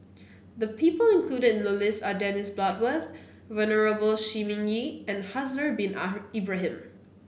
the people included in the list are Dennis Bloodworth Venerable Shi Ming Yi and Haslir Bin Ibrahim